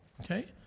Okay